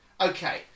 Okay